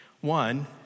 One